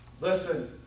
Listen